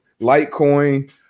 Litecoin